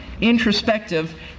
introspective